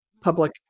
public